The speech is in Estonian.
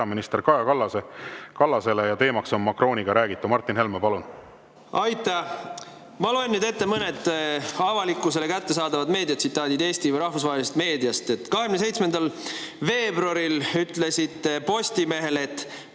peaminister Kaja Kallasele ja teema on Macroniga räägitu. Martin Helme, palun! Aitäh! Ma loen nüüd ette mõned avalikkusele kättesaadavad tsitaadid Eesti või rahvusvahelisest meediast. 27. veebruaril ütlesite te Postimehele: